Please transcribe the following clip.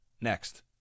next